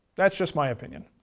that's just my opinion.